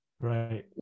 Right